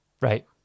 right